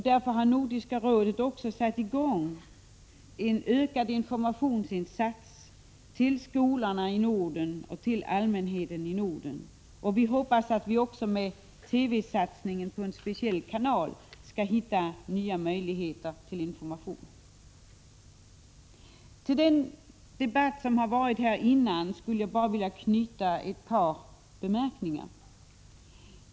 Därför har Nordiska rådet också satt i gång en ökad informationsverksamhet, riktad till skolorna och allmänheten i Norden. Vi hoppas att vi också med TV-satsningen på en speciell kanal skall hitta nya möjligheter till information. Med anledning av den debatt som förts tidigare skulle jag vilja göra några bemärkningar.